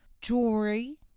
jewelry